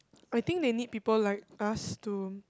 I think they need people like us to